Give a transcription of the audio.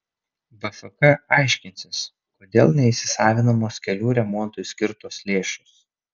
bfk aiškinsis kodėl neįsisavinamos kelių remontui skirtos lėšos